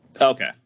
Okay